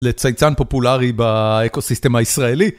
לצייצן פופולרי באקוסיסטם הישראלי.